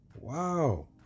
Wow